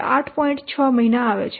6 મહિના આવે છે